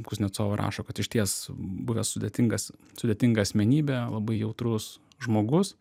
kuznecovo rašo kad išties buvęs sudėtingas sudėtinga asmenybė labai jautrus žmogus